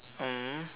mm